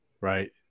Right